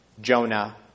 Jonah